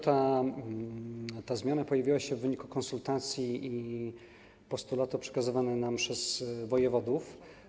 Ta zmiana pojawiła się w wyniku konsultacji i postulatów przekazywanych nam przez wojewodów.